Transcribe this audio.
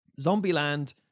Zombieland